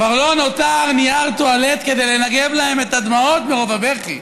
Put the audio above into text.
כבר לא נותר נייר טואלט לנגב להם את הדמעות מרוב הבכי.